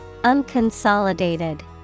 Unconsolidated